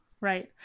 Right